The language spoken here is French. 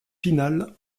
finale